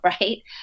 right